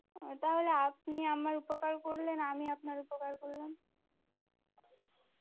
ও তাহলে আপনি আমার উপকার করলেন আমি আপনার উপকার করলাম